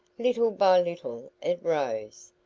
little by little it rose.